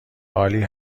عالی